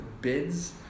bids